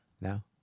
No